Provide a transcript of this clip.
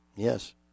Yes